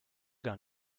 gar